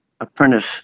apprentice